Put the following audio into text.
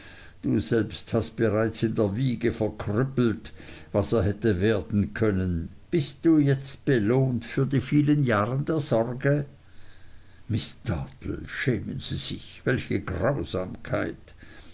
du selbst hast bereits in der wiege verkrüppelt was er hätte werden können bist du jetzt belohnt für die vielen jahre der sorge miß dartle schämen sie sich welche grausamkeit